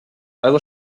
algo